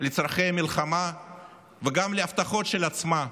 לצורכי המלחמה וגם להבטחות של עצמה,